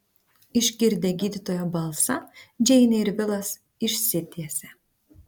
išgirdę gydytojo balsą džeinė ir vilas išsitiesė